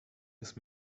ist